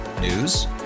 News